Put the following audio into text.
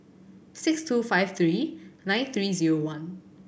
six two five three nine three zero one